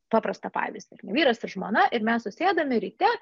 paprastą pavyzdį ar ne vyras ir žmona ir mes susėdame ryte